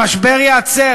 המשבר ייעצר.